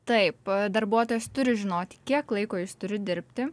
taip darbuotojas turi žinoti kiek laiko jis turi dirbti